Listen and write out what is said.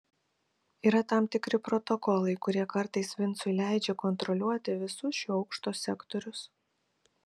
yra tam tikri protokolai kurie kartais vincui leidžia kontroliuoti visus šio aukšto sektorius